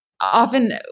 often